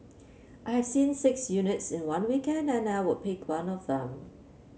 I have seen six units in one weekend and I would pick one of them